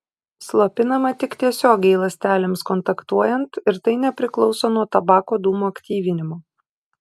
slopinama tik tiesiogiai ląstelėms kontaktuojant ir tai nepriklauso nuo tabako dūmų aktyvinimo